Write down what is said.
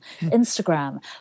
Instagram